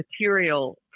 material